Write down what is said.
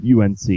UNC